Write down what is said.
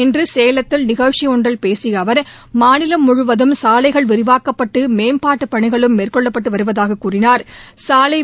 இன்று சேலத்தில் நிகழ்ச்சி ஒன்றில் பேசிய அவர் மாநிலம் முழுவதும் சாலைகள் விரிவாக்கப்பட்டு மேம்பாட்டுப் பணிகளும் மேற்கொள்ளப்பட்டு வருவதாகத் தெரிவித்தாா்